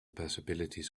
possibilities